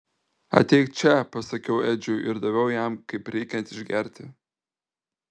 ateik čia pasakiau edžiui ir daviau jam kaip reikiant išgerti